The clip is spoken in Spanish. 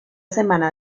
semana